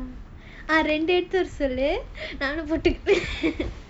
ரெண்டு சொல்லு நானும் போட்ருக்கேன்:rendu sollu naanum potrukaen